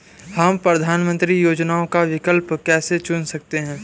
हम प्रधानमंत्री योजनाओं का विकल्प कैसे चुन सकते हैं?